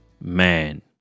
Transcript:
Man